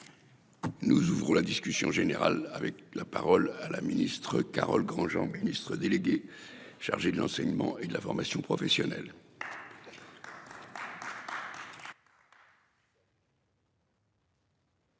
Nous ouvrons la discussion générale avec la parole à la ministre. Carole Granjean, ministre déléguée chargée de l'enseignement et de la formation professionnelle.